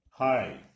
Hi